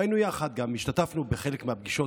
היינו יחד והשתתפנו גם בחלק מהפגישות,